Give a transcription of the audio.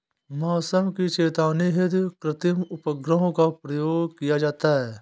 मौसम की चेतावनी हेतु कृत्रिम उपग्रहों का प्रयोग किया जाता है